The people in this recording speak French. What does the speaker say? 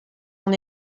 son